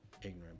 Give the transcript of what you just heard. ignorant